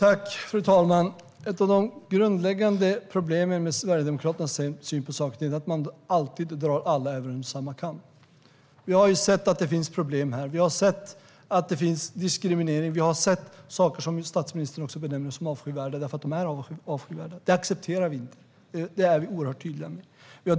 Fru talman! Ett av de grundläggande problemen med Sverigedemokraternas syn på saker och ting är att man alltid drar alla över en kam. Vi har sett att det finns problem här. Vi har sett att det förekommer diskriminering. Vi har sett saker som statsministern har benämnt som avskyvärda, eftersom de är avskyvärda. Detta accepterar vi inte, och det är vi oerhört tydliga med.